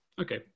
Okay